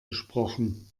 gesprochen